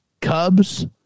Cubs